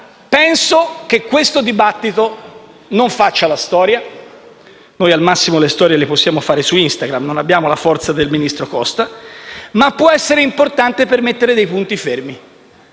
Penso che questo dibattito non faccia la storia. Noi, al massimo, le storie le possiamo fare su Instagram, non abbiamo la forza del ministro Costa, ma può essere importante per mettere dei punti fermi.